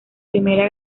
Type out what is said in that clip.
primera